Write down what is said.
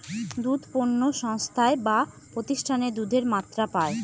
দুধ পণ্য সংস্থায় বা প্রতিষ্ঠানে দুধের মাত্রা পায়